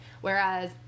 Whereas